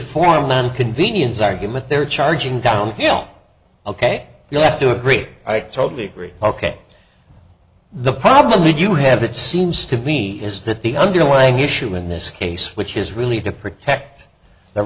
foreign land convenience argument they're charging downhill ok you have to agree i totally agree ok the problem would you have it seems to me is that the underlying issue in this case which is really to protect the